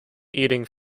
eating